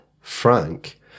frank